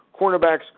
cornerbacks